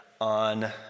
on